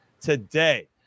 today